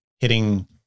hitting